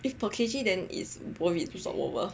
if per K_G then is worth it to swap over